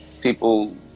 People